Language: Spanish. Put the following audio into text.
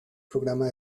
programa